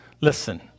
Listen